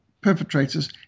perpetrators